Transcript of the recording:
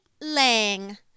Lang